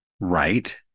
Right